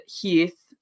Heath